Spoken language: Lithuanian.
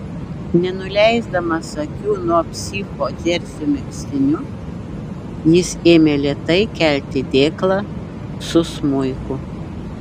nenuleisdamas akių nuo psicho džersio megztiniu jis ėmė lėtai kelti dėklą su smuiku